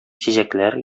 чәчәкләр